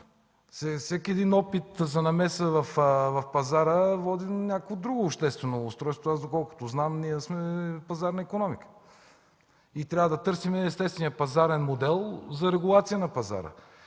Всеки опит за намеса в пазара, води до някакво друго обществено устройство. Доколкото знам, ние сме пазарна икономика и трябва да търсим естествения пазарен модел за регулация на пазара.